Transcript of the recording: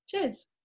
cheers